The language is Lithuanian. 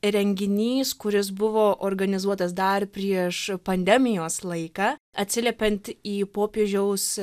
renginys kuris buvo organizuotas dar prieš pandemijos laiką atsiliepiant į popiežiaus